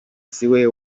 siwe